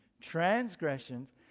transgressions